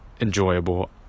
enjoyable